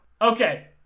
okay